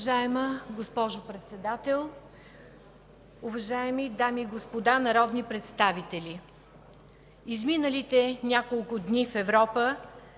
Уважаема госпожо Председател, уважаеми дами и господа народни представители! Изминалите няколко дни в Европа